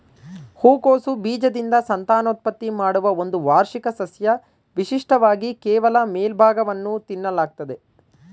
ಹೂಕೋಸು ಬೀಜದಿಂದ ಸಂತಾನೋತ್ಪತ್ತಿ ಮಾಡುವ ಒಂದು ವಾರ್ಷಿಕ ಸಸ್ಯ ವಿಶಿಷ್ಟವಾಗಿ ಕೇವಲ ಮೇಲ್ಭಾಗವನ್ನು ತಿನ್ನಲಾಗ್ತದೆ